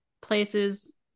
places